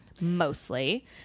mostly